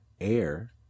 air